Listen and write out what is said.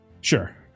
Sure